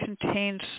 contains